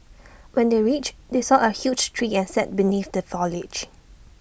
when they reached they saw A huge tree and sat beneath the foliage